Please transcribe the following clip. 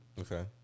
Okay